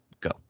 go